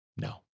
No